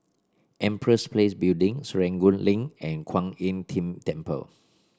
Empress Place Building Serangoon Link and Kwan Im Tng Temple